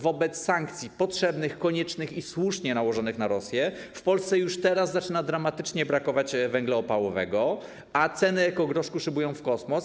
Wobec sankcji, potrzebnych, koniecznych i słusznie nałożonych na Rosję, w Polsce już teraz zaczyna dramatycznie brakować węgla opałowego, a ceny ekogroszku szybują w kosmos.